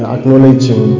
Acknowledging